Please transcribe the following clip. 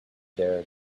there